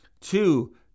two